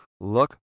look